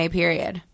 period